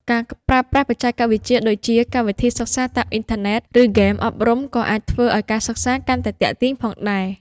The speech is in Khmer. ការប្រើប្រាស់បច្ចេកវិទ្យាដូចជាកម្មវិធីសិក្សាតាមអ៊ីនធឺណិត ឬហ្គេមអប់រំក៏អាចធ្វើឱ្យការសិក្សាកាន់តែទាក់ទាញផងដែរ។